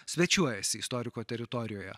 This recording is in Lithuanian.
svečiuojasi istoriko teritorijoje